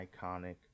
iconic